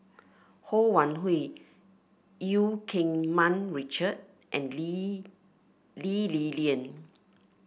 Ho Wan Hui Eu Keng Mun Richard and Lee Lee Li Lian